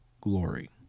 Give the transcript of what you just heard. glory